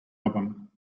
album